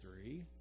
three